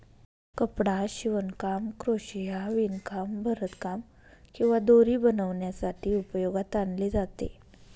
कपडा शिवणकाम, क्रोशिया, विणकाम, भरतकाम किंवा दोरी बनवण्यासाठी उपयोगात आणले जाते